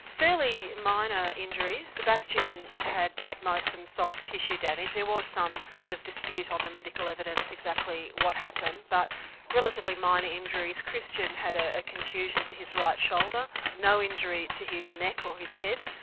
fairly minor injuries. sebastian had at most some soft tissue damage there was some sort of dispute on the medical evidence exactly what happened, but relatively minor injuries. christian had a contusion to his right shoulder no injury to his neck or his head,